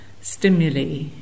stimuli